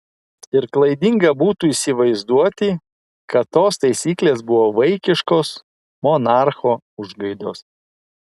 ir klaidinga būtų įsivaizduoti kad tos taisyklės buvo vaikiškos monarcho užgaidos